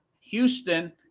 Houston